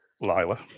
Lila